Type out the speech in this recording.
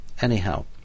Anyhow